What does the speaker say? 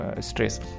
stress